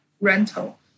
Rental